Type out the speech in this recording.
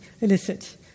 elicit